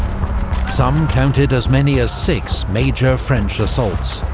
some counted as many as six major french assaults,